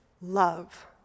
love